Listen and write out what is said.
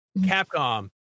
capcom